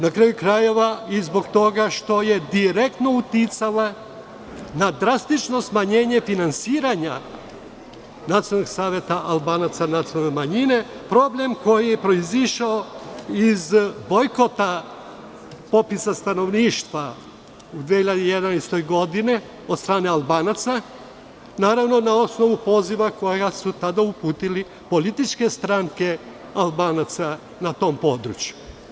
Na kraju krajeva i zbog toga što je direktno uticala na drastično smanjenje finansiranja Nacionalnog saveta Albanaca nacionalne manjine, problem koji prozišao iz bojkota popisa stanovništva u 2011. godini, od strane Albanaca, naravno na osnovu poziva koji su tada uputile političke stranke Albanaca na tom području.